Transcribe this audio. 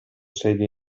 sede